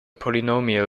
polynomial